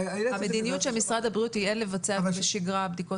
המדיניות של משרד הבריאות היא שאין לבצע בשגרה בדיקות